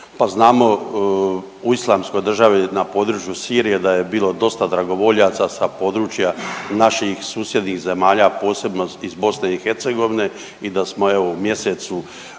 pa znamo u Islamskoj državi na području Sirije da je bilo dosta dragovoljaca sa područja naših susjednih zemalja, a posebno iz BiH i da smo evo u mjesecu